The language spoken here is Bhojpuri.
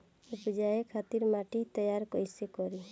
उपजाये खातिर माटी तैयारी कइसे करी?